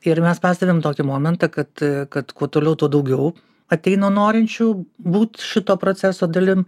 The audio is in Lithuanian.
ir mes pastebim tokį momentą kad kad kuo toliau tuo daugiau ateina norinčių būt šito proceso dalim